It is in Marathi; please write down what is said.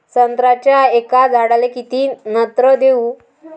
संत्र्याच्या एका झाडाले किती नत्र देऊ?